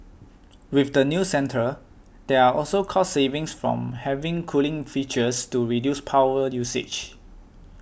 with the new centre there are also cost savings from having cooling features to reduce power usage